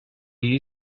you